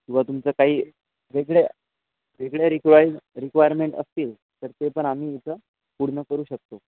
किंवा तुमचं काही वेगळ्या वेगळ्या रिक्वाईज रिक्वायरमेंट असतील तर ते पण आम्ही इथं पूर्ण करू शकतो